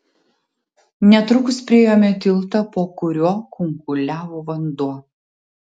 netrukus priėjome tiltą po kuriuo kunkuliavo vanduo